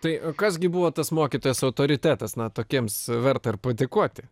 tai kas gi buvo tas mokytojas autoritetas na tokiems verta ir padėkoti